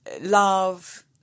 Love